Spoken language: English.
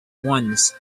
once